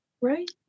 Right